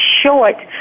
short